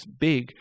big